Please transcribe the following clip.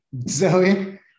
Zoe